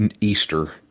Easter